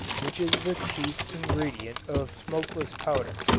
which is the chief ingredient of smokeless powder.